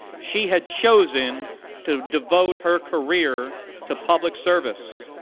she had chosen to devote her career to public service,